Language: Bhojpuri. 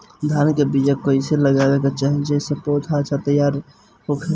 धान के बीया कइसे लगावे के चाही जेसे पौधा अच्छा तैयार होखे?